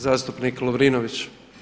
Zastupnik Lovrinović.